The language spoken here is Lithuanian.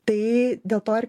tai dėl to ir